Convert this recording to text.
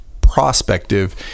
prospective